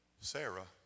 Sarah